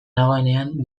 nagoenean